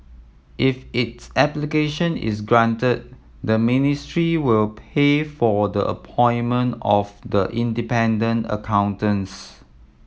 if its application is granted the ministry will pay for the appointment of the independent accountants